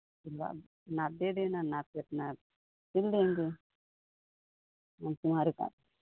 नाप नाप दे देना नाप से अपना नाप सिल देंगे वो तुम्हारे पास